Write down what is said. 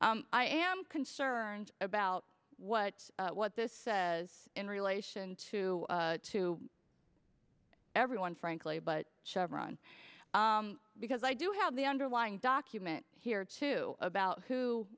i am concerned about what what this says in relation to to everyone frankly but chevron because i do have the underlying document here too about